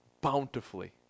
bountifully